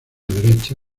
derecha